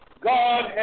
God